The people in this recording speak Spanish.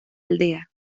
aldea